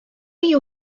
you